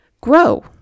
grow